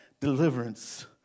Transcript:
deliverance